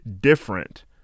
different